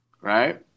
Right